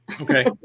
okay